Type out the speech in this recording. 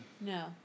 No